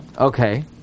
Okay